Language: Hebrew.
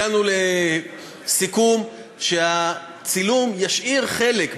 הגענו לסיכום שהצילום ישאיר חלק,